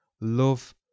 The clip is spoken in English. love